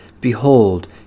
Behold